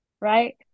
right